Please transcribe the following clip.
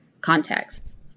contexts